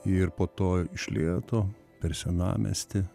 ir po to iš lėto per senamiestį